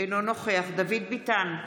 אינו נוכח דוד ביטן,